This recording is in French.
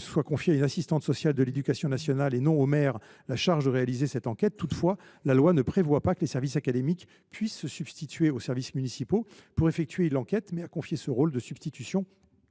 soit confiée à une assistante sociale de l’éducation nationale, plutôt qu’au maire, la charge de réaliser cette enquête. Toutefois, la loi ne prévoit pas que les services académiques puissent se substituer aux services municipaux pour effectuer l’enquête. Ce rôle de substitution